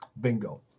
Bingo